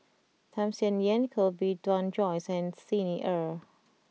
Tham Sien Yen Koh Bee Tuan Joyce and Xi Ni Er